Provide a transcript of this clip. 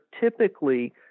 typically